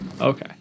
okay